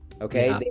Okay